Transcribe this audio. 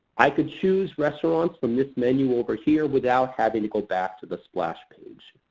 i can choose restaurants from this menu over here without having to go back to the splash page.